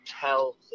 tell